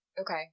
Okay